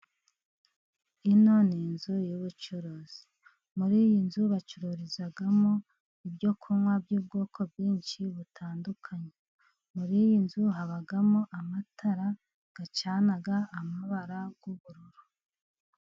Ino ni inzu y'ubucuruzi, muri iyi nzu bacururizamo ibyo kunywa by'ubwoko bwinshi butandukanye, muri iyi nzu habamo amatara acana amabara y'ubururu.